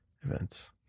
events